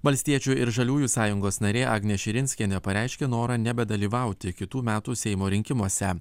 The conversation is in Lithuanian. valstiečių ir žaliųjų sąjungos narė agnė širinskienė pareiškė norą nebedalyvauti kitų metų seimo rinkimuose